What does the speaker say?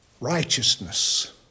righteousness